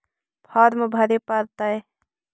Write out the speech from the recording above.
Farm भरे परतय?